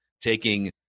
taking